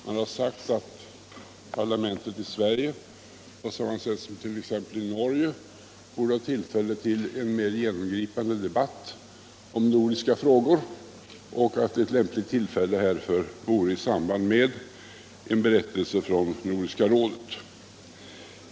Man har sagt att parlamentet i Sverige, på samma sätt som t.ex. i Norge, borde ha tillfälle till en mer genomgripande debatt om nordiska frågor och att ett lämpligt tillfälle härför vore i samband med en berättelse från Nordiska rådet.